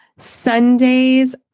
Sundays